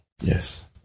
Yes